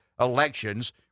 elections